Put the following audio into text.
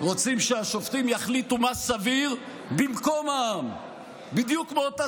רוצים שהשופטים יחליטו מה סביר במקום העם בדיוק מאותה